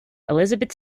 elizabeth